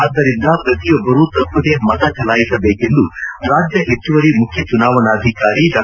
ಆದ್ಧರಿಂದ ಪ್ರತಿಯೊಬ್ಬರು ತಪ್ಪದೇ ಮತ ಚಲಾಯಿಸಬೇಕೆಂದು ರಾಜ್ಯ ಹೆಚ್ಚುವರಿ ಮುಖ್ಯ ಚುನಾವಣಾಧಿಕಾರಿ ಡಾ